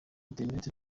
internet